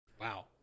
Wow